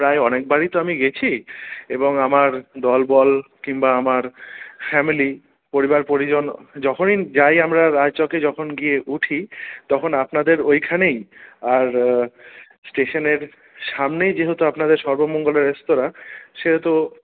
প্রায় অনেকবারই তো আমি গেছি এবং আমার দল বল কিংবা আমার ফ্যামিলি পরিবার পরিজন যখনই যাই আমরা রায়চকে যখন গিয়ে উঠি তখন আপনাদের ওইখানেই আর স্টেশনের সামনেই যেহেতু আপনাদের সর্বমঙ্গলা রেস্তোরাঁ সেহেতু